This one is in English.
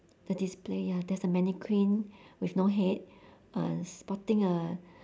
the display ya there's a mannequin with no head uh sporting a